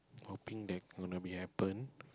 hoping that gonna be happen